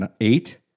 eight